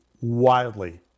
wildly